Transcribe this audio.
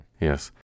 Yes